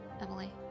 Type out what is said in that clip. Emily